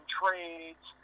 trades